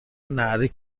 ﺷﯿﺮﺍﻥ